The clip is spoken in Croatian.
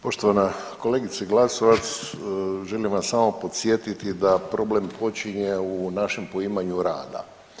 Poštovana kolegice Glasovac, želim vas samo podsjetiti da problem počinje u našem poimanju rada.